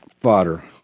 fodder